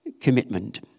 commitment